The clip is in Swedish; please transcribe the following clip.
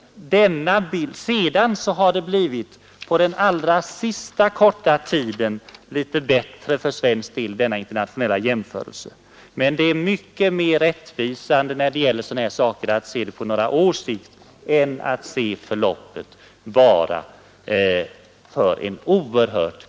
På den allra senaste korta tiden har denna internationella jämförelse slagit bättre ut för svensk del. Men det är mycket mer rättvisande att vid internationella jämförelser studera flera år än en mycket kort tidsperiod, vilken den än må vara.